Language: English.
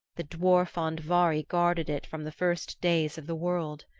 the dwarf andvari guarded it from the first days of the world.